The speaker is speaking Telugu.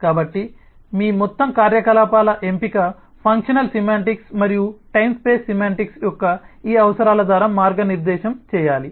కాబట్టి మీ మొత్తం కార్యకలాపాల ఎంపిక ఫంక్షనల్ సెమాంటిక్స్ మరియు టైమ్ స్పేస్ సెమాంటిక్స్ యొక్క ఈ అవసరాల ద్వారా మార్గనిర్దేశం చేయాలి